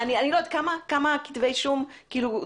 כמה כתבי אישום יצאו?